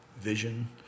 vision